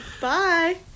bye